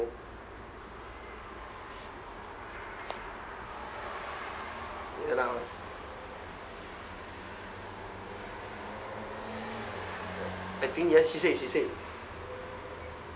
ya lah I think yes she said she said